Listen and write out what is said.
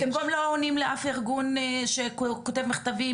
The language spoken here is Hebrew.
אתם לא עונים לאף ארגון שכותב מכתבים,